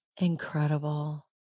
Incredible